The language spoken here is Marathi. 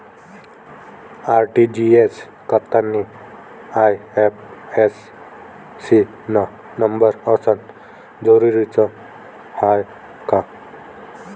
आर.टी.जी.एस करतांनी आय.एफ.एस.सी न नंबर असनं जरुरीच हाय का?